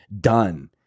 done